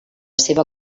seva